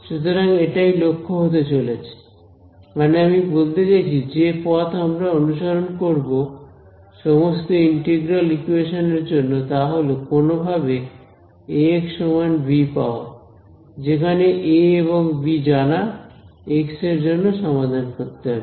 সুতরাং এটাই লক্ষ্য হতে চলেছে মানে আমি বলতে চাইছি যে পথ আমরা অনুসরণ করব সমস্ত ইন্টিগ্রাল ইকুয়েশন এর জন্য তা হল কোনওভাবে Ax সমান b পাওয়া যেখানে A এবং b জানা x এর জন্য সমাধান করতে হবে